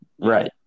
right